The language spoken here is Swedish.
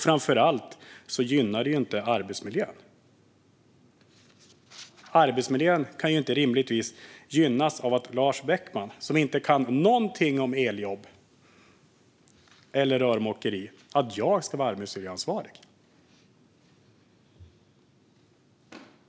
Framför allt gynnar det inte arbetsmiljön. Arbetsmiljön kan ju inte rimligtvis gynnas av att Lars Beckman, som inte kan något om eljobb eller rörmokeri, ska vara arbetsmiljöansvarig.